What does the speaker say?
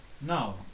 No